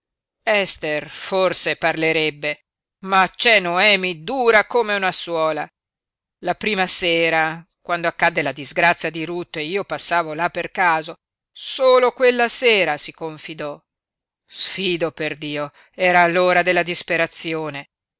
ester forse parlerebbe ma c'è noemi dura come una suola la prima sera quando accadde la disgrazia di ruth e io passavo là per caso solo quella sera si confidò sfido perdio era l'ora della disperazione